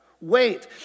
wait